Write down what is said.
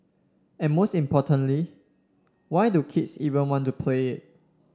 and most importantly why do kids even want to play it